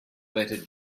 letter